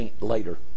later